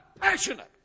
Passionate